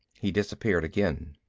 he disappeared again.